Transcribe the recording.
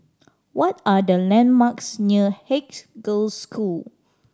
what are the landmarks near Haigs Girls' School